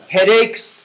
Headaches